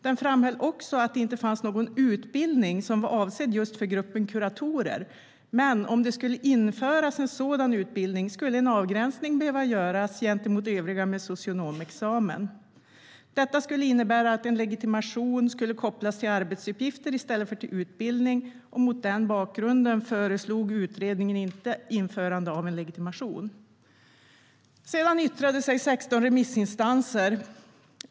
Den framhöll också att det inte fanns någon utbildning som var avsedd just för gruppen kuratorer men att en avgränsning gentemot övriga med socionomexamen skulle behöva göras om man införde en sådan utbildning. Det skulle innebära att en legitimation kopplades till arbetsuppgifter i stället för till utbildning, och mot den bakgrunden föreslog utredningen inte ett införande av en legitimation. Sedan yttrade sig 16 remissinstanser.